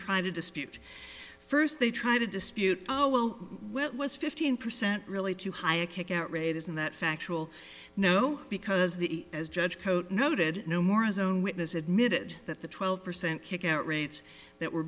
try to dispute first they try to dispute oh well when it was fifteen percent really too high a kick out rate isn't that factual no because the as judge cote noted no more his own witness admitted that the twelve percent kickout rates that were